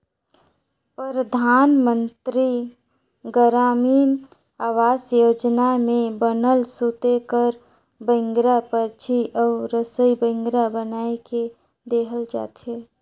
परधानमंतरी गरामीन आवास योजना में बनल सूते कर बइंगरा, परछी अउ रसई बइंगरा बनाए के देहल जाथे